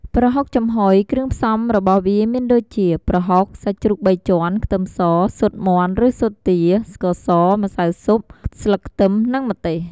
ប្រហុកចំហុយ គ្រឿងផ្សំរបស់វាមានដូចជា ប្រហុក សាច់ជ្រូកបីជាន់ ខ្ទឹមស ស៊ុតមាន់ ឬស៊ុតទា ស្ករស ម្សៅស៊ុប ស្លឹកខ្ទឹម និងម្ទេស។